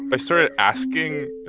i started asking,